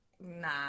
nah